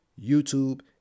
YouTube